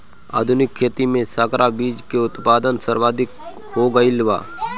आधुनिक खेती में संकर बीज के उत्पादन सर्वाधिक हो गईल बा